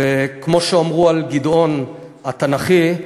וכמו שאמרו על גדעון התנ"כי,